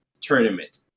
tournament